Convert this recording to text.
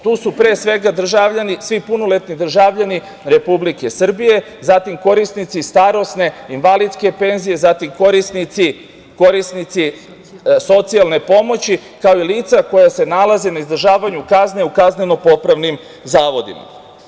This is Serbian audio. Tu su svi punoletni državljani Republike Srbije, zatim korisnici starosne, invalidske penzije, zatim korisnici socijalne pomoći, kao i lica koja se nalaze na izdržavanju kazne u kazneno-popravnim zavodima.